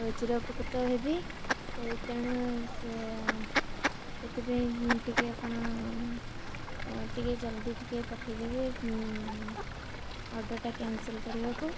ଚିରପକୃତ ହେବି ତେଣୁ ସେ ସେଥିପାଇଁ ଟିକେ ଆପଣ ଟିକେ ଜଲ୍ଦି ଟିକେ ପଠେଇଦେବେ ଅର୍ଡ଼ର୍ଟା କ୍ୟାନସଲ୍ କରିବାକୁ